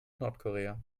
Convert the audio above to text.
nordkorea